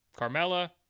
Carmella